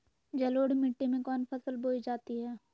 जलोढ़ मिट्टी में कौन फसल बोई जाती हैं?